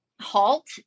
halt